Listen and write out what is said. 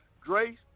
grace